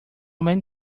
many